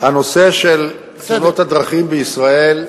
הנושא של תאונות הדרכים בישראל,